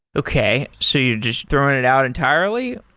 okay. so you're just throwing it out entirely?